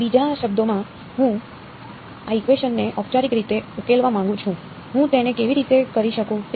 બીજા શબ્દોમાં હું આઇકવેશન ને ઔપચારિક રીતે ઉકેલવા માંગુ છું હું તેને કેવી રીતે કરી શકું